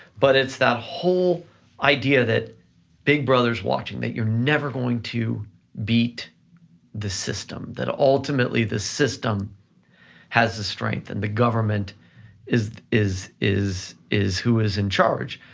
but it's that whole idea that big brother's watching, that you're never going to beat the system, that ultimately, the system has the strength and the government is who is is who is in charge.